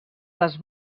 les